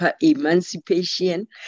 emancipation